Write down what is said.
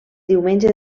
diumenge